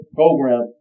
program